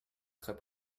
très